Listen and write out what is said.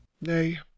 Nay